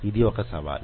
ఇది ఒక సవాలు